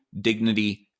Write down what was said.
dignity